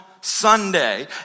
Sunday